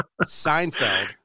Seinfeld